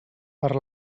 per